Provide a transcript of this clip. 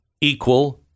equal